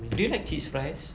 do you like cheese fries